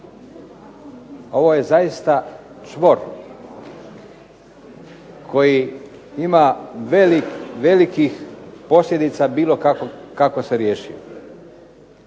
Ovo je zaista čvor koji ima velikih posljedica bilo kako se riješio.